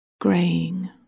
graying